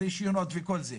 רישיונות וכל זה.